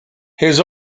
his